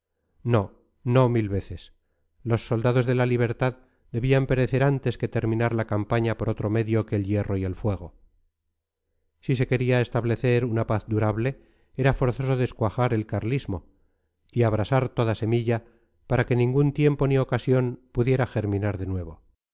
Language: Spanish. no no mil veces los soldados de la libertad debían perecer antes que terminar la campaña por otro medio que el hierro y el fuego si se quería establecer una paz durable era forzoso descuajar el carlismo y abrasar toda semilla para que ningún tiempo ni ocasión pudiera germinar de nuevo